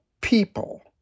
people